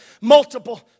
multiple